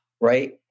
right